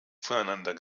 voneinander